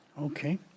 Okay